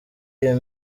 iyi